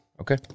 Okay